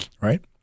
Right